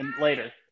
later